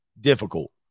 difficult